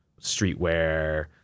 streetwear